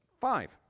five